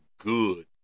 good